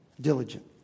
Diligent